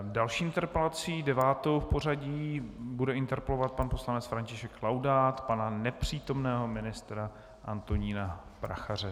Další interpelací, devátou v pořadí, bude interpelovat pan poslanec František Laudát pana nepřítomného ministra Antonína Prachaře.